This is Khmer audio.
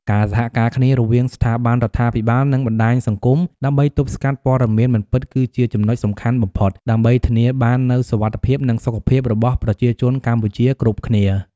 ការសហការគ្នារវាងស្ថាប័នរដ្ឋាភិបាលនិងបណ្តាញសង្គមដើម្បីទប់ស្កាត់ព័ត៌មានមិនពិតគឺជាចំណុចសំខាន់បំផុត ដើម្បីធានាបាននូវសុវត្ថិភាពនិងសុខភាពរបស់ប្រជាជនកម្ពុជាគ្រប់គ្នា។